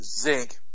zinc